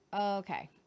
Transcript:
okay